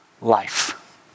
life